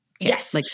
Yes